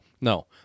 No